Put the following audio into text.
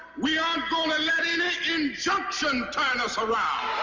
we aren't going let any injunction turn us around.